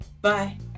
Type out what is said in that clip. Bye